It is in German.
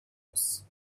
muss